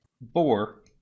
boar